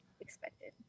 expected